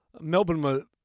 Melbourne